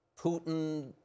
Putin